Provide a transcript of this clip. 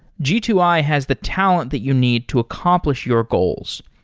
g two i has the talent that you need to accomplish your goals.